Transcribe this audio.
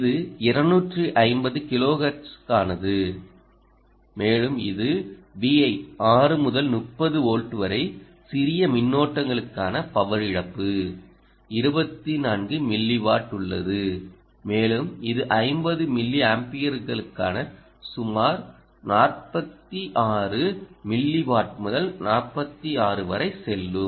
இது 250 கிலோஹெர்ட்ஸுக்கானது மேலும் இது Vi 6 முதல் 30 வோல்ட் வரைசிறிய மின்னோட்டங்களுக்கான பவர் இழப்பு 24 மில்லி வாட் உள்ளது மேலும் இது 50 மில்லி ஆம்பியர்களுக்கு சுமார் 46 மில்லி வாட் முதல் 46 வரை செல்லும்